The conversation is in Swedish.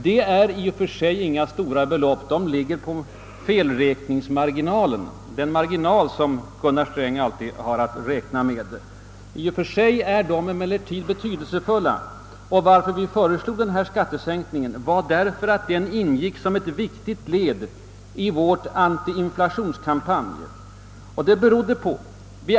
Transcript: Det är i och för sig inga stora belopp — de ligger inom den felmarginal, som Gunnar Sträng alltid brukat räkna med — men de är betydelsefulla. Dessa skattesänkningsförslag ingick som ett led i vår antiinflationskampanj.